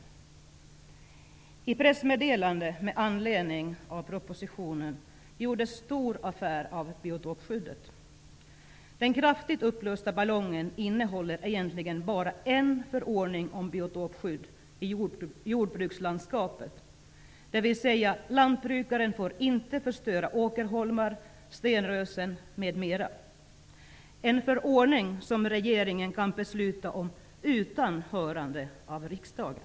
I regeringens pressmeddelande med anledning av propositionen gjordes stor affär av biotopskyddet. Den kraftigt uppblåsta ballongen innehåller egentligen bara en förordning om biotopskydd i jordbrukslandskapet, dvs. att lantbrukaren inte får förstöra åkerholmar, stenrösen m.m. -- en förordning som regeringen kan besluta om utan hörande av riksdagen.